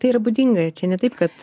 tai yra būdinga čia ne taip kad